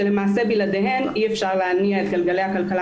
ולמעשה בלעדיהן אי-אפשר להניע את גלגלי הכלכלה